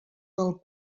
del